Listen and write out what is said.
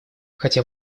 хотя